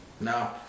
No